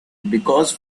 because